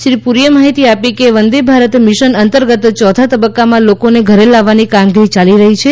શ્રી પુરીએ માહિતી આપી કે વંદે ભારત મિશન અંતર્ગત ચોથા તબક્કામાં લોકોને ઘરે લાવવાની કામગીરી ચાલી રહી છે